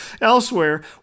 Elsewhere